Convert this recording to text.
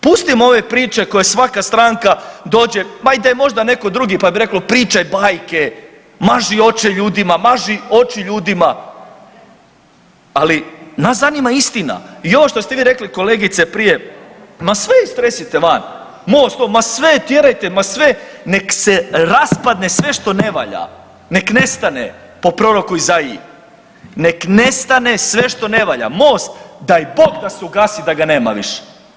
Pustimo ove priče koje svaka stranka dođe ma da je i možda neko drugi pa bi reklo pričaj bajke, maži oči ljudima maži oči ljudima, ali nas zanima istina i ovo što ste vi rekli kolegice prije, ma sve istresite van, MOST, ma sve tjerajte, ma sve, nek se raspadne sve što ne valja, nek nestane po proroku Izaiji, nek nestane sve što ne valja, MOST daj bog da se ugasi da ga nema više.